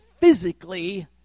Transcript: physically